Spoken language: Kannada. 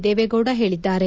ದೇವೇಗೌಡ ಹೇಳಿದ್ದಾರೆ